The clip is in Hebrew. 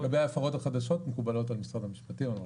ההפרות החדשות מקובלות על משרד המשפטים.